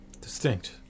Distinct